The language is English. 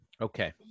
Okay